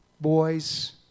boys